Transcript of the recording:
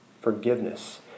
Forgiveness